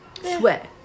sweat